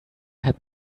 had